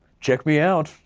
check me out,